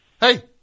Hey